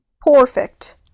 Perfect